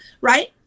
Right